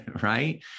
right